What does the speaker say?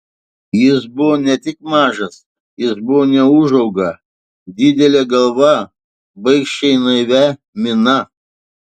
jis buvo ne tik mažas jis buvo neūžauga didele galva baikščiai naivia mina